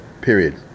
period